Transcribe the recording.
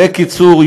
בקיצור,